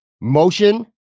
motion